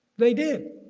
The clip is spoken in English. they did.